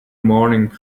morning